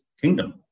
kingdom